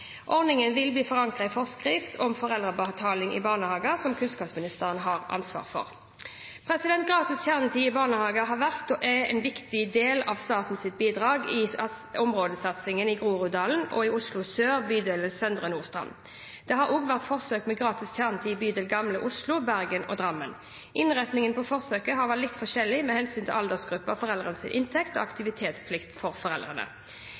Ordningen vil bli forankret i forskrift om foreldrebetaling i barnehager, som kunnskapsministeren har ansvar for. Gratis kjernetid i barnehage har vært og er en viktig del av statens bidrag i områdesatsingen i Groruddalen og i Oslo Sør, bydel Søndre Nordstrand. Det har også vært forsøk med gratis kjernetid i bydel Gamle Oslo, Bergen og Drammen. Innretningen på forsøket har vært litt forskjellig med hensyn til aldersgrupper, foreldrenes inntekt og aktivitetsplikt for foreldrene.